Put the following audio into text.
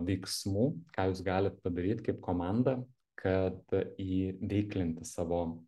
veiksmų ką jūs galit padaryt kaip komanda kad į veiklinti savo